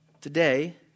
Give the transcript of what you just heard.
Today